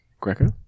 Greco